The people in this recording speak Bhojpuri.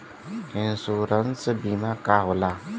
इन्शुरन्स बीमा का होला?